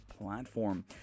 platform